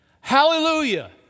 hallelujah